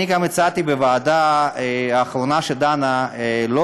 אני גם הצעתי בישיבת הוועדה האחרונה לא לפטור